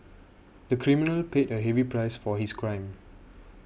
the criminal paid a heavy price for his crime